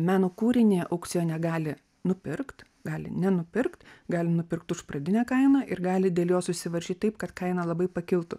meno kūrinį aukcione gali nupirkt gali nenupirkt gali nupirkt už pradinę kainą ir gali dėl jo susivaržyt taip kad kaina labai pakiltų